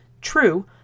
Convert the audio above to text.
True